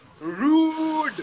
Rude